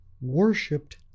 worshipped